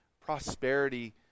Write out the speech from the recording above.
prosperity